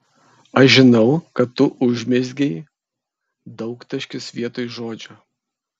aš žinau kad tu užmezgei daugtaškis vietoj žodžio